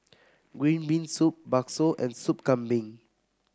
Green Bean Soup Bakso and Soup Kambing